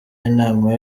inama